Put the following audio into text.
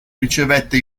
ricevette